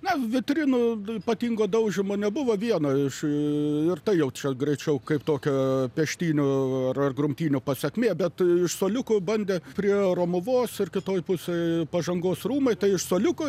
na vitrinų ypatingo daužymo nebuvo viena iš ir tai jau čia greičiau kaip tokia peštynių ar grumtynių pasekmė bet iš suoliukų bandė prie romuvos ir kitoj pusėj pažangos rūmai tai iš suoliukų